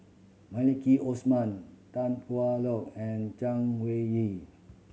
Maliki Osman Tan Hwa Luck and Chay Weng Yew